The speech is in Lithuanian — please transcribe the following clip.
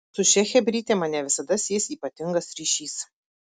su šia chebryte mane visada sies ypatingas ryšys